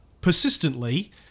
persistently